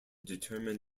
determine